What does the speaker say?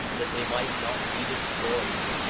that they might not be destroyed.